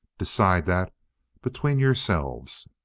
decide that between yourselves.